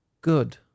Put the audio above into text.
good